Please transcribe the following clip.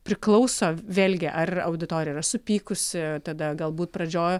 priklauso vėlgi ar auditorija yra supykusi tada galbūt pradžioj